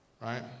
Right